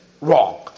Wrong